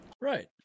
Right